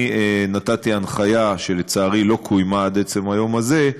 אני נתתי הנחיה, שלצערי לא קוימה עד עצם היום הזה,